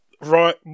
Right